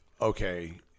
okay